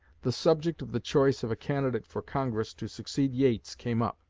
the subject of the choice of a candidate for congress to succeed yates came up,